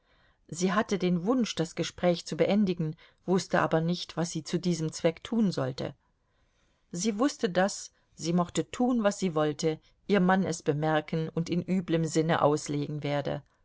sie hatte den wunsch das gespräch zu beendigen wußte aber nicht was sie zu diesem zweck tun sollte sie wußte daß sie mochte tun was sie wollte ihr mann es bemerken und in üblem sinne auslegen werde